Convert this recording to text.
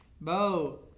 Bo